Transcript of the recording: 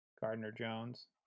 Gardner-Jones